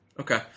Okay